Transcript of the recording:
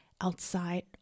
outside